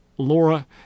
Laura